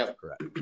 Correct